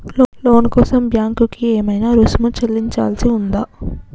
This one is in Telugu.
లోను కోసం బ్యాంక్ కి ఏమైనా రుసుము చెల్లించాల్సి ఉందా?